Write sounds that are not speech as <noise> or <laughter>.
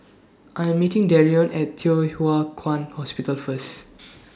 I Am meeting Darion At Thye Hua Kwan Hospital First <noise>